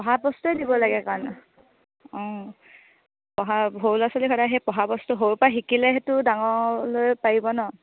পঢ়া বস্তুৱেই দিব লাগে কাৰণ অঁ পঢ়া সৰু ল'ৰা ছোৱালীক সদায় সেই পঢ়া বস্তু সৰুৰৰপৰা শিকিলে সেইটো ডাঙৰলৈ পাৰিব ন